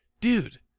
dude